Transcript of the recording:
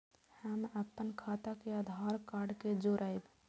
हम अपन खाता के आधार कार्ड के जोरैब?